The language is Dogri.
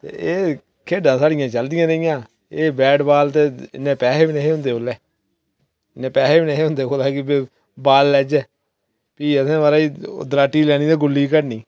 ते एह् खेड्डां साढियां चलदियां रेहियां एह् बैट बॉल ते इन्ना टैम गै निं होंदा उसलै इन्ने पैसे बी निं हे होंदे कि बॉल लैचै फ्ही असें दराटी लैनी ते गुल्ली कढ़नी